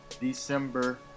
December